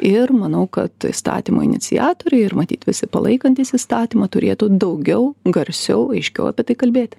ir manau kad įstatymo iniciatoriai ir matyt visi palaikantys įstatymą turėtų daugiau garsiau aiškiau apie tai kalbėti